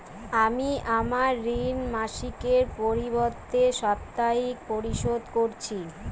আমি আমার ঋণ মাসিকের পরিবর্তে সাপ্তাহিক পরিশোধ করছি